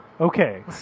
Okay